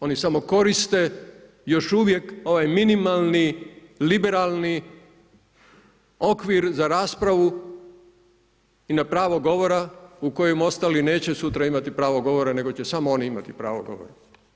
Oni samo koriste još uvijek ovaj minimalni liberalni okvir za raspravu i na pravo govora u kojem ostali neće sutra imati pravo govora nego će samo oni imati pravo govora.